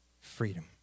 freedom